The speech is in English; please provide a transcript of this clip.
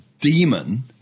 demon